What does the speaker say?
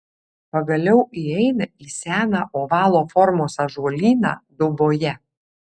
pagaliau įeina į seną ovalo formos ąžuolyną dauboje